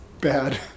bad